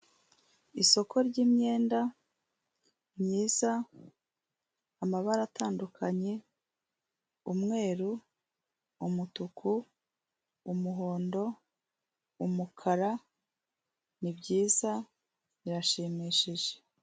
Isoko ry'imyenda myiza amabara atandukanye, umweru, umutuku, umuhondo, umukara ni byiza birashimishije.